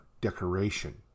decoration